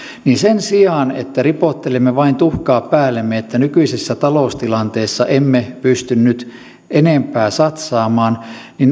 niin sen sijaan että ripottelemme vain tuhkaa päällemme sanoen että nykyisessä taloustilanteessa emme pysty nyt enempää satsaamaan